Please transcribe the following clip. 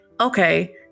Okay